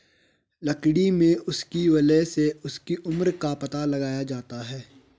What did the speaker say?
लकड़ी में उसकी वलय से उसकी उम्र का पता लगाया जाता है